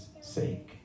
sake